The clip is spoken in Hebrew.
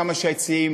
כמה שההיצעים